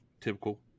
Typical